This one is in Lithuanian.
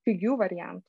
pigių variantų